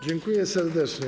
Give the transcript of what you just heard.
Dziękuję serdecznie.